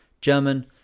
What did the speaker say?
German